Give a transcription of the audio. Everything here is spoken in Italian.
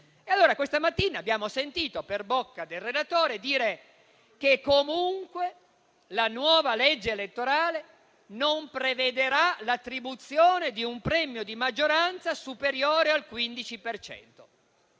Questa mattina abbiamo sentito, per bocca del relatore, dire che comunque la nuova legge elettorale non prevedrà l'attribuzione di un premio di maggioranza superiore al 15